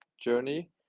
journey